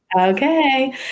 Okay